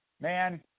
Man